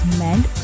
meant